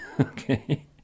Okay